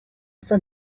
from